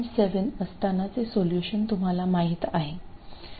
7 असतानाचे सोल्युशन तुम्हाला माहित आहे